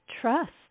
trust